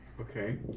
Okay